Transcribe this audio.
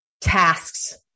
tasks